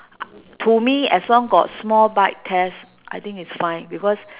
to me as long got small bite test I think it's fine because